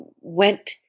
went